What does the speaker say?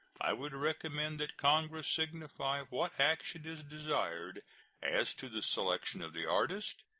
i would recommend that congress signify what action is desired as to the selection of the artist,